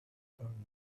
hurrying